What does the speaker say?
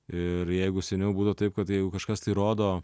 ir jeigu seniau būdavo taip kad jeigu kažkas tai rodo